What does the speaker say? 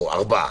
או ארבעה.